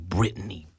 Britney